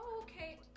Okay